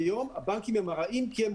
היום אומרים שהבנקים הם הרעים כי הם